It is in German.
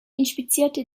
inspizierte